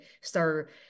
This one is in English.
start